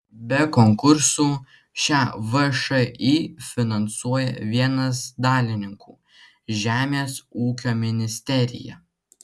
be konkursų šią všį finansuoja vienas dalininkų žemės ūkio ministerija